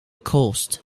cost